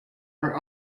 are